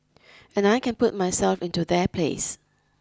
and I can put myself into their place